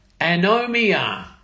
anomia